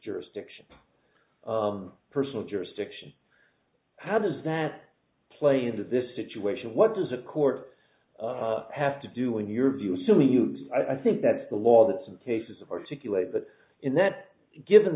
jurisdiction personal jurisdiction how does that play into this situation what does a court have to do in your view so we use i think that the law that some cases of articulate that in that given